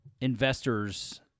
investors